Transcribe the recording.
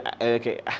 okay